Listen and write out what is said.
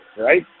right